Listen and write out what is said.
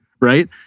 right